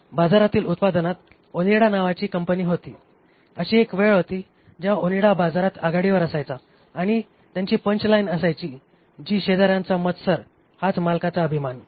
बाजारातील उत्पादनात ओनिडा नावाची कंपनी होती अशी एक वेळ होती जेव्हा ओनिडा बाजारात आघाडीवर असायचा आणि त्यांची पंच लाईन असायची जी शेजाऱ्यांचा मत्सर हाच मालकाचा अभिमान